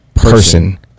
person